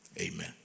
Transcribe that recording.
Amen